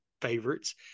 favorites